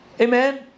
amen